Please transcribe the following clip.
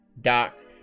docked